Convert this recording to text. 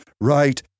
right